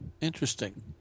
Interesting